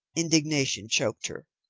indignation choked her.